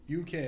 UK